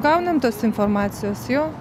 gaunam tos informacijos jo